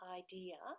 idea